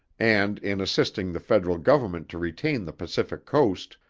and in assisting the federal government to retain the pacific coast,